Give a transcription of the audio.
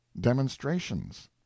demonstrations